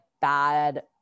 bad